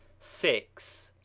six.